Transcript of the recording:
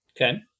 Okay